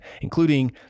including